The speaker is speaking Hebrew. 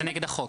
זה נגד החוק.